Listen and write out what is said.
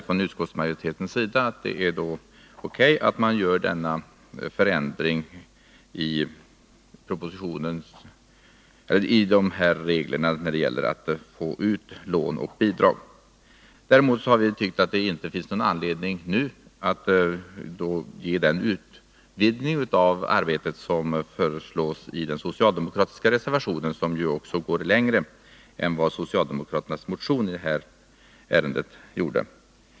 Från utskottsmajoritetens sida säger vi då att det är O. K. att man gör denna förändring av reglerna. Däremot tycker vi inte att det nu finns anledning att vidga lånemöjligheterna på det sätt som föreslås i den socialdemokratiska reservationen, vilken också går längre än vad socialdemokraternas motion gjorde.